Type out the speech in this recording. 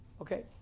Okay